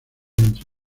entre